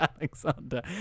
Alexander